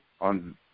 on